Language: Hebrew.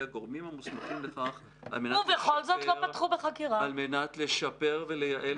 הגורמים המוסמכים לכך על מנת לשפר --" ובכל זאת,